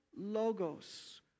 logos